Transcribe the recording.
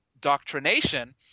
Doctrination